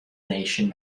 nation